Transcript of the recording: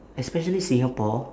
especially singapore